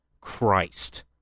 Christ